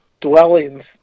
dwellings